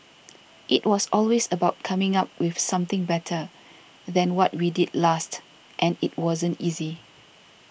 it was always about coming up with something better than what we did last and it wasn't easy